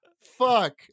Fuck